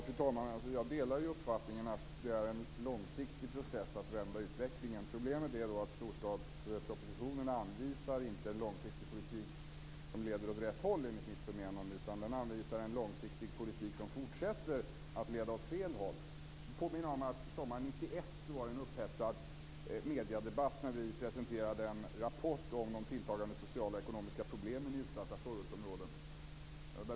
Fru talman! Jag delar uppfattningen att det är en långsiktig process att vända utvecklingen. Problemet är att storstadspropositionen inte anvisar en långsiktig politik som leder åt rätt håll, enligt mitt förmenande. I stället anvisar den en långsiktig politik som fortsätter att leda åt fel håll. Jag vill påminna om den upphetsade mediedebatt som var sommaren 1991, då vi presenterade en rapport om de tilltagande sociala och ekonomiska problemen i utsatta förortsområden.